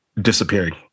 disappearing